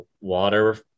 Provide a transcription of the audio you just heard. water